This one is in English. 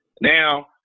Now